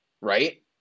right